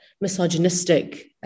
misogynistic